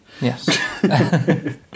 Yes